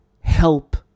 help